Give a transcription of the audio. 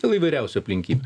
dėl įvairiausių aplinkybių